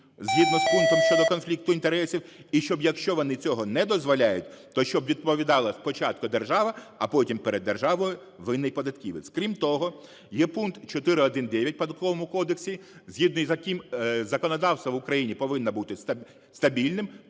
згідно з пунктом щодо конфлікту інтересів і щоб, якщо вони цього не дозволяють, то щоб відповідала спочатку держава, а потім перед державою винний податківець. Крім того, є пункт 4.1.9 в Податковому кодексі, згідно з яким законодавство в Україні повинно бути стабільним,